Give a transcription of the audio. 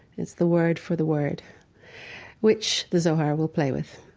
it's the word for the word which the zohar will play with.